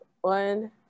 one